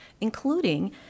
including